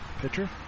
pitcher